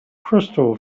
crystal